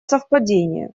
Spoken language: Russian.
совпадение